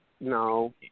No